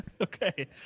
okay